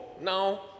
Now